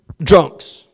Drunks